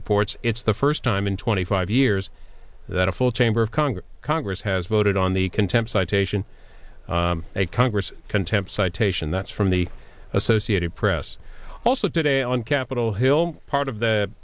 reports it's the first time in twenty five years that a full chamber of congress congress has voted on the contempt citation a congress contempt citation that's from the associated press also today on capitol hill part of the